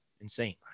insane